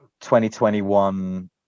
2021